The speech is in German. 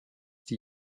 die